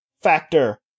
Factor